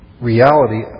reality